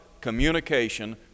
communication